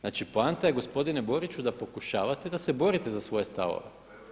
Znači poanta je gospodine Boriću da pokušavate da se borite za svoje stavove.